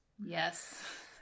Yes